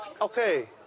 Okay